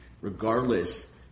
regardless